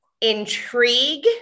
intrigue